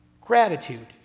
gratitude